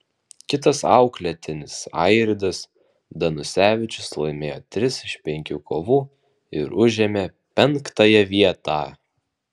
kitas auklėtinis airidas danusevičius laimėjo tris iš penkių kovų ir užėmė penktąją vietą